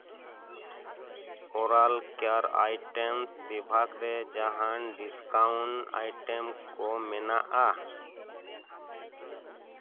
oral care items ᱵᱤᱵᱷᱟᱜᱽ ᱨᱮ ᱡᱟᱸᱦᱟᱱ ᱰᱤᱥᱠᱟᱩᱱᱴ ᱟᱭᱴᱮᱢ ᱠᱚ ᱢᱮᱱᱟᱜᱼᱟ